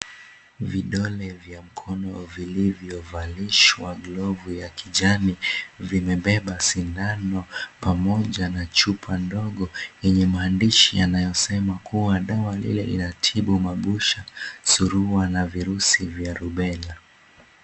Vidole vya mkono vilivyovalishwa glovu ya kijani vimebeba sindano pamoja na chupa ndogo yenye maandishi yanayosema kuwa dawa lile linatibu mabusha, surua na virusi vya rubela.